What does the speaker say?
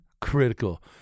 critical